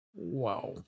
wow